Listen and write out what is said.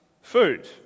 food